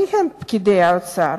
מי הם פקידי האוצר?